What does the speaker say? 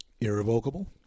irrevocable